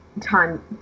time